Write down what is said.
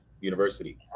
university